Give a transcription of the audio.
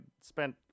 spent